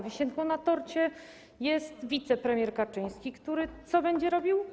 Wisienką na torcie jest wicepremier Kaczyński, który co będzie robił?